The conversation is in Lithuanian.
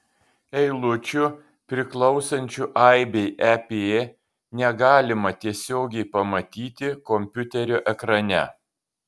eilučių priklausančių aibei ep negalima tiesiogiai pamatyti kompiuterio ekrane